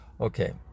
Okay